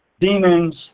demons